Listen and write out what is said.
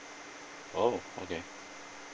oh okay